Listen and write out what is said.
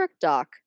dock